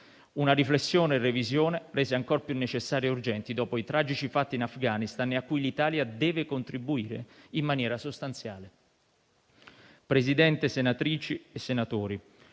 una riflessione e una revisione rese ancor più necessarie e urgenti dopo i tragici fatti in Afghanistan e a cui l'Italia deve contribuire in maniera sostanziale. Presidente, senatrici e senatori,